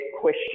question